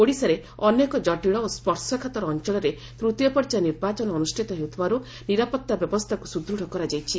ଓଡ଼ିଶାରେ ଅନେକ ଜଟିଳ ଓ ସ୍ୱର୍ଶକାତର ଅଞ୍ଚଳରେ ତୃତୀୟ ପର୍ଯ୍ୟାୟ ନିର୍ବାଚନ ଅନୁଷ୍ଠିତ ହେଉଥିବାରୁ ନିରାପତ୍ତା ବ୍ୟବସ୍ଥାକୁ ସୁଦୃଢ଼ କରାଯାଇଛି